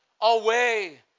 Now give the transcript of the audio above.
away